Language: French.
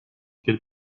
quel